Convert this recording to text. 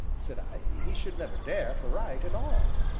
said i, he should never dare to write at all.